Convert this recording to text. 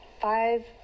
five